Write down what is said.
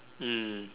mm